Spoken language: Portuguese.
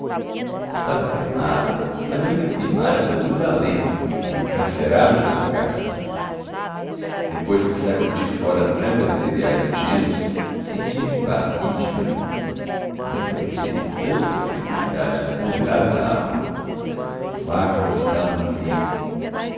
estava aclimado mas eu me aclimara pelo desalento como um encarcerado no seu cárcere depois que sacudi fora a tranca dos ideais ingênuos sentia-me vazio de animo nunca percebi tanto a espiritualidade imponderável da alma o vácuo habitava me dentro